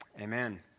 Amen